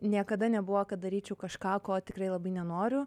niekada nebuvo kad daryčiau kažką ko tikrai labai nenoriu